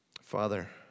Father